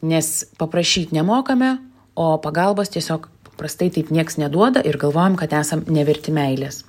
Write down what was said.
nes paprašyt nemokame o pagalbos tiesiog paprastai taip nieks neduoda ir galvojam kad esam neverti meilės